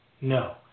No